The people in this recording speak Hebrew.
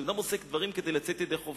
כשאדם עושה דברים כדי לצאת ידי חובה,